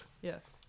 Yes